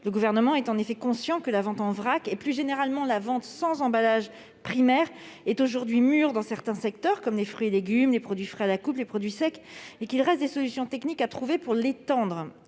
Le Gouvernement est bien conscient que la vente en vrac, et plus généralement la vente sans emballage primaire, est aujourd'hui mûre dans certains secteurs, comme celui des fruits et légumes, des produits frais à la coupe ou des produits secs, mais qu'il reste des solutions techniques à trouver pour l'étendre